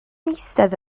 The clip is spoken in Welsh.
eistedd